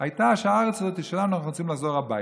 היה שהארץ הזו היא שלנו ואנחנו רוצים לחזור הביתה.